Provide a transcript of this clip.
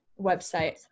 website